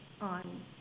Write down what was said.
on